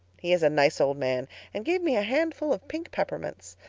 he is a nice old man and gave me a handful of pink peppermints.